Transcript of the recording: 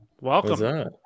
Welcome